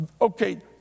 Okay